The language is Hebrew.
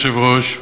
אדוני היושב-ראש,